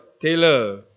Taylor